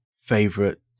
favorite